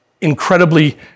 incredibly